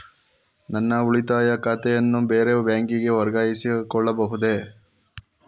ನನ್ನ ಉಳಿತಾಯ ಖಾತೆಯನ್ನು ಬೇರೆ ಬ್ಯಾಂಕಿಗೆ ವರ್ಗಾಯಿಸಿಕೊಳ್ಳಬಹುದೇ?